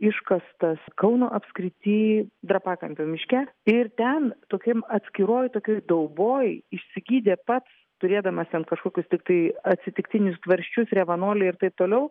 iškastas kauno apskrity drapakampio miške ir ten tokiam atskiroj tokioj dauboj išsigydė pats turėdamas ten kažkokius tiktai atsitiktinius tvarsčius revanolį ir taip toliau